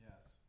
Yes